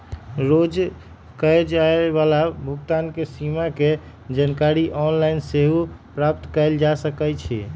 रोज कये जाय वला भुगतान के सीमा के जानकारी ऑनलाइन सेहो प्राप्त कएल जा सकइ छै